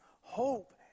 hope